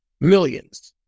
Millions